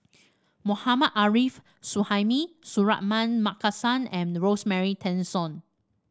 Mohammad Arif Suhaimi Suratman Markasan and Rosemary Tessensohn